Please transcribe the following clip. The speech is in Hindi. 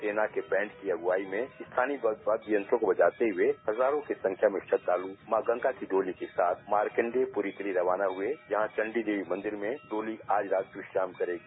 सेना के बैंड की अग्वाई में स्थानीय वाद्य यंत्रों को बजाते हए हजारों की संख्या में श्रद्वाल मां गंगा की डोली के साथ मारकंडे प्ररी के लिए रवाना हए जहां चंडीदेवी मंदिर में डोली आज रात विश्राम करेगी